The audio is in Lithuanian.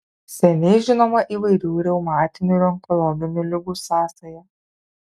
seniai žinoma įvairių reumatinių ir onkologinių ligų sąsaja